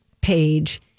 page